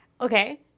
okay